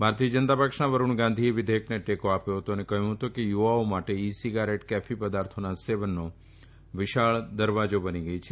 ભાજપના વરુણ ગાંધીએ વિધેયકને ટેકો આપ્યો હતો અને કહ્યું હતું કે યુવાઓ માટે ઇ સીગારેટ કેફી પદાર્થોના સેવનનો વિશાળ દરવાજ બની ગઈ છે